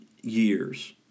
years